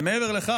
אבל מעבר לכך,